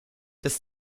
das